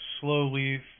slowly